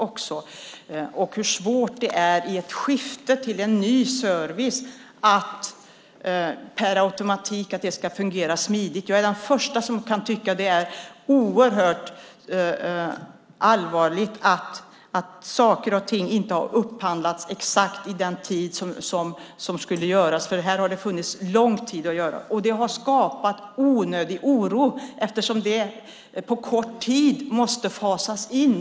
Det är svårt i ett skifte till en ny service att få det att fungera smidigt per automatik. Jag är den första att tycka att det är oerhört allvarligt att saker och ting inte har upphandlats exakt vid den tid som det skulle göras. Här har det funnits lång tid att göra det. Det har skapat onödig oro när den här servicen på kort tid måste fasas in.